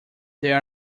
there